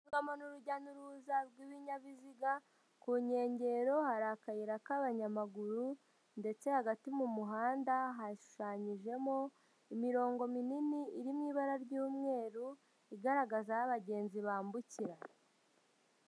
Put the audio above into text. Isomo n'urujya n'uruza rw'ibinyabiziga ku nkengero hari akayira k'abanyamaguru ndetse hagati mu muhanda hashushanyijemo imirongo minini iri mu ibara ry'umweru igaragaza aho abagenzi bambukira